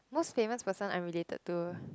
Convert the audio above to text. most famous person I'm related to